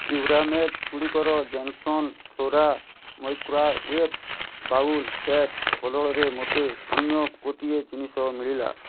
ପ୍ୟୁରାମେଟଗୁଡ଼ିକର Jensen Flora microwave bowl set ବଦଳରେ ମୋତେ ଅନ୍ୟ ଗୋଟିଏ ଜିନିଷ ମିଳିଲା